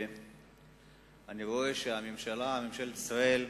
ואני רואה שהממשלה, ממשלת ישראל,